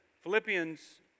Philippians